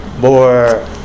more